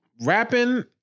rapping